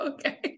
Okay